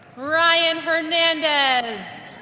ryan hernandez